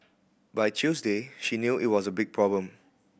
by Tuesday she knew it was a big problem